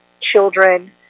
children